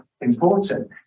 important